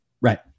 Right